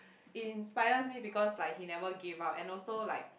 inspires me because like he never give up and also like